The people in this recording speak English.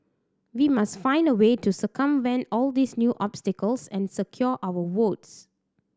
we must find a way to circumvent all these new obstacles and secure our votes